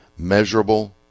Measurable